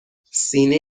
سینه